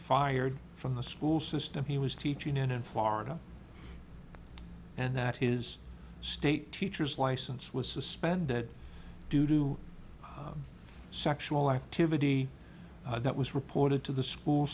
fired from the school system he was teaching in in florida and that his state teacher's license was suspended due to sexual activity that was reported to the school